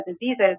diseases